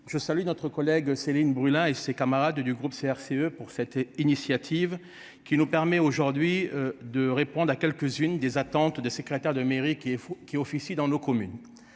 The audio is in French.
Se salit notre collègue Céline Brulin, et ses camarades du groupe CRCE pour cette initiative qui nous permet aujourd'hui de répondre à quelques-unes des attentes de secrétaire de mairie qui est qui officie dans nos communes.